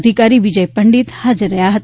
અધિકારી વિજય પંડિત હાજર રહ્યા હતા